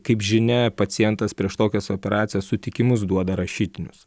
kaip žinia pacientas prieš tokias operacijas sutikimus duoda rašytinius